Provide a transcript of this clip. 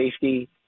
safety